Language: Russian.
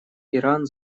иран